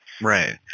Right